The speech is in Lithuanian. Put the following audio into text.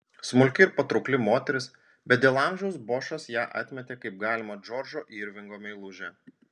smulki ir patraukli moteris bet dėl amžiaus bošas ją atmetė kaip galimą džordžo irvingo meilužę